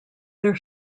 their